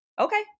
okay